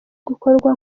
gukorwa